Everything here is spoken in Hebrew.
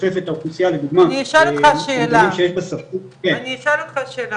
גברתי יושבת-ראש אני חושב שזאת הזדמנות